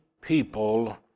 people